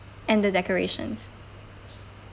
and the decorations